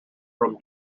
from